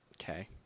Okay